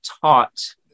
taught